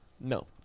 No